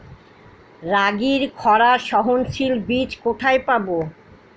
রাগির খরা সহনশীল বীজ কোথায় পাবো?